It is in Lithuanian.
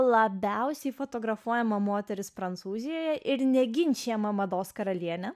labiausiai fotografuojama moteris prancūzijoje ir neginčijama mados karalienė